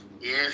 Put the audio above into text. Yes